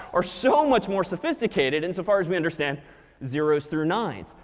are so much more sophisticated insofar as we understand zeros through nines.